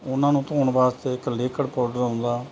ਉਨ੍ਹਾਂ ਨੂੰ ਧੋਣ ਵਾਸਤੇ ਇੱਕ ਲਿਕਡ ਪਾਊਡਰ ਆਉਂਦਾ